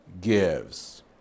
gives